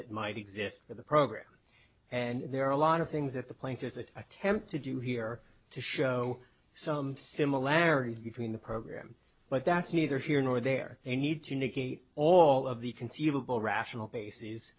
that might exist for the program and there are a lot of things that the plaintiffs an attempt to do here to show some similarities between the program but that's neither here nor there a need to negate all of the conceivable rational bases